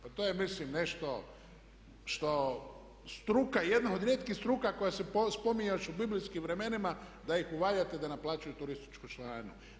Pa to je mislim nešto što struka, jedna od rijetkih struka koja se spominje još u biblijskim vremenima da ih uvaljate da ne plaćaju turističku članarinu.